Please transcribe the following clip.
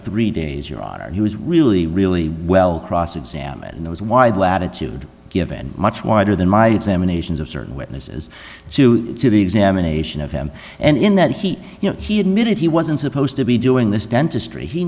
three days your honor he was really really well cross examined in those wide latitude given much wider than my examination of certain witnesses to the examination of him and in that he you know he admitted he wasn't supposed to be doing this dentistry he